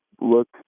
look